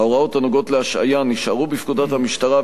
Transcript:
ההוראות הנוגעות להשעיה נשארו בפקודת המשטרה,